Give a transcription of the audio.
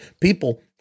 People